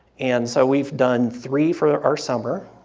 and so we've done three for our summer,